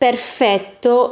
perfetto